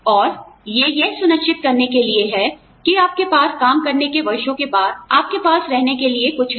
औरये यह सुनिश्चित करने के लिए है कि आपके पास काम करने के वर्षों के बाद आपके पास रहने के लिए कुछ है